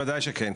בוודאי שכן,